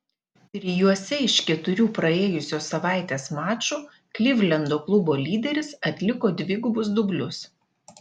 trijuose iš keturių praėjusios savaitės mačų klivlendo klubo lyderis atliko dvigubus dublius